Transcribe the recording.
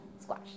Squash